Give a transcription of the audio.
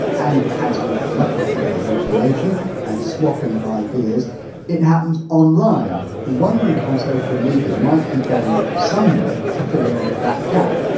and as with much of today's information and swapping of ideas it happens online. well one group on social media might be going some way to filling that gap.